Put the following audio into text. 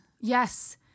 yes